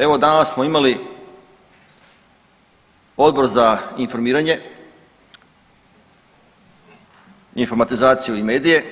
Evo danas smo imali Odbor za informiranje, informatizaciju i medije